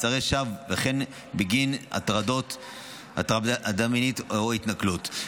מעצרי שווא, וכן בגין הטרדה מינית או התנכלות.